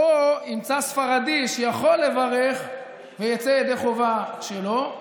ימצא ספרדי שיכול לברך ויצא ידי חובה שלו.